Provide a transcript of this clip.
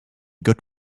good